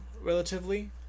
relatively